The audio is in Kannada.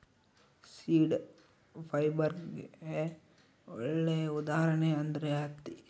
ಸೀಡ್ ಫೈಬರ್ಗೆ ಒಳ್ಳೆ ಉದಾಹರಣೆ ಅಂದ್ರೆ ಹತ್ತಿ